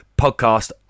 podcast